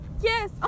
yes